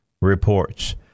reports